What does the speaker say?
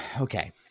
okay